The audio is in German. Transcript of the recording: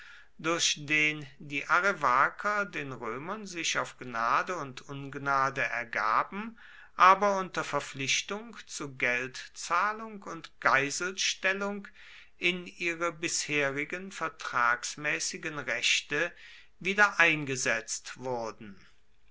durch den die arevaker den römern sich auf gnade und ungnade ergaben aber unter verpflichtung zu geldzahlung und geiselstellung in ihre bisherigen vertragsmäßigen rechte wiedereingesetzt wurden